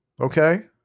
Okay